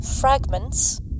fragments